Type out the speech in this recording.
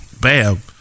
Bam